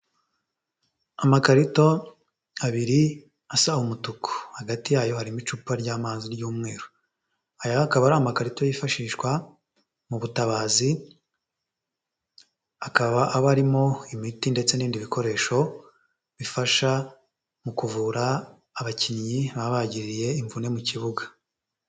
Amakarito abiri asa umutuku, hagati yayo harimo icupa ry'amazi ry'umweru, aya akaba ari amakarito yifashishwa mu butabazi, akaba aba arimo imiti ndetse n'ibindi bikoresho bifasha mu kuvura abakinnyi, baba bagiriye imvune mu kibuga.